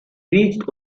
reached